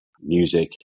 music